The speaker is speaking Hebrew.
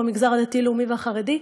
כמו המגזר הדתי-לאומי והחרדי,